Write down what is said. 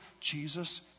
Jesus